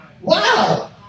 Wow